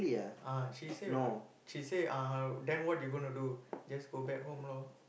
ah she say what she say uh then what you gonna do just go back home lor